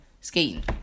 Skating